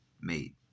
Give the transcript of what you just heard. made